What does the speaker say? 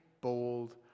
bold